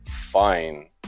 fine